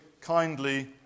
kindly